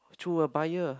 though a buyer